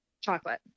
Chocolate